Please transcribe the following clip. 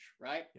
right